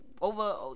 over